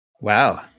Wow